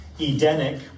Edenic